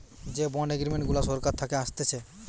যে bond agreement গুলা সরকার থাকে আসতেছে